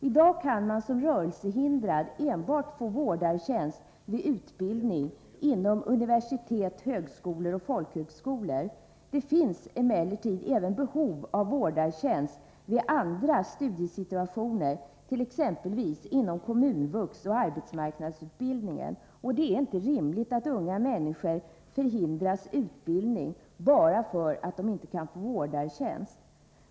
I dag kan man som rörelsehindrad få vårdartjänst endast vid utbildning inom universitet, högskolor och folkhögskolor. Det finns emellertid behov av vårdartjänst även i andra studiesituationer, t.ex. inom kommunvux och arbetsmarknadsutbildningen. Det är inte rimligt att unga människor hindras få utbildning bara därför att de inte kan få vårdartjänst.